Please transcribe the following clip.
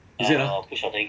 is it ah